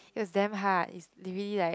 it was damn hard it's really like